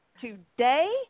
today